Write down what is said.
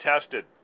tested